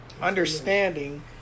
Understanding